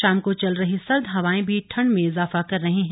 शाम को चल रही सर्द हवाएं भी ठंड में इजाफा कर रही हैं